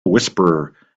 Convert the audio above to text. whisperer